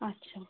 আচ্ছা